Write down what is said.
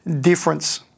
difference